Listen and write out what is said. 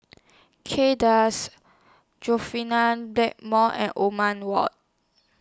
Kay Das Blackmore and Othman Wok